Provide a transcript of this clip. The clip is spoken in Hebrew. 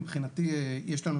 מבחינתי, יש לנו